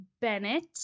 Bennett